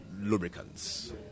lubricants